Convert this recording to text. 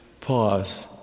pause